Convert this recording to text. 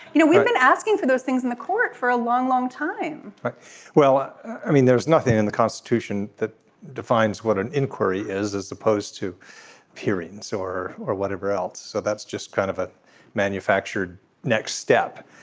you know we've been asking for those things in the court for a long long time but well i mean there's nothing in the constitution that defines what an inquiry is is supposed to periods or or whatever else. so that's just kind of a manufactured next step.